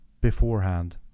beforehand